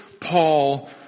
Paul